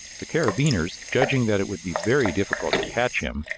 the carabineers, judging that it would be very difficult to catch him,